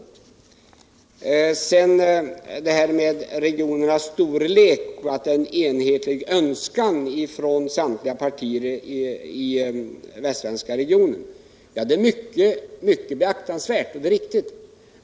förbättra kollektiv När det gäller det Kurt Hugosson sade om regionernas storlek och att det finns en enhetlig önskan hos samtliga partier i den västsvenska regionen vill jag säga att detta är beaktansvärt, och det är också riktigt.